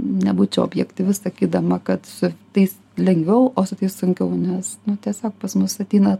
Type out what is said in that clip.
nebūčiau objektyvi sakydama kad su tais lengviau o tai sunkiau nes nu tiesiog pas mus ateina